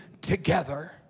together